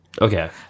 Okay